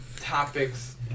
topics